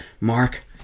Mark